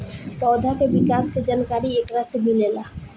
पौधा के विकास के जानकारी एकरा से मिलेला